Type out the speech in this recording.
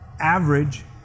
Average